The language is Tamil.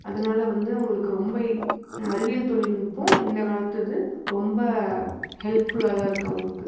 அதனால வந்து அவங்களுக்கு ரொம்ப அறிவியல் தொழில்நுட்பம் இந்த காலத்து இது ரொம்ப ஹெல்ப்ஃபுல்லாக தான் இருக்குது அவங்களுக்கு